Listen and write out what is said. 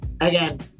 again